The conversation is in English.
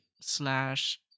slash